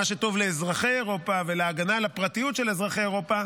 מה שטוב לאזרחי אירופה ולהגנה על הפרטיות של אזרחי אירופה,